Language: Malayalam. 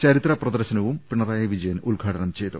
ചരിത്ര പ്രദർശനവും പിണറായി വിജയൻ ഉദ്ഘാടനം ചെയ്തു